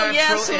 yes